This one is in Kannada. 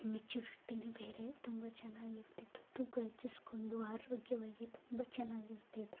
ಮೆಚುರಿಟಿಯೇ ಬೇರೆ ತುಂಬ ಚೆನ್ನಾಗಿರ್ತಿತ್ತು ತೂಕ ಹೆಚ್ಚಿಸ್ಕೊಂಡು ಆರೋಗ್ಯವಾಗಿ ತುಂಬ ಚೆನ್ನಾಗಿರ್ತಿದ್ರು